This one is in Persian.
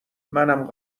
منم